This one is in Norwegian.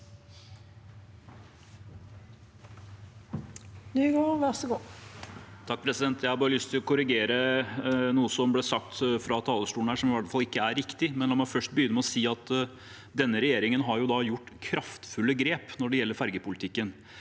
Jeg har bare lyst til å korrigere noe som ble sagt fra talerstolen her som i hvert fall ikke er riktig, men la meg først begynne med å si at denne regjeringen har tatt kraftfulle grep når det gjelder fergepolitikken.